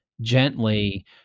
gently